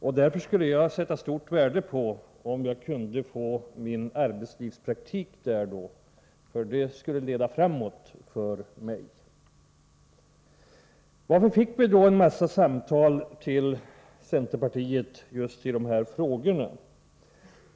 Därför skulle jag sätta stort värde på om jag kunde få min arbetslivspraktik där, för det skulle leda framåt för mig. Varför fick vi då en massa samtal till centerpartiet just i dessa frågor?